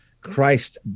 Christ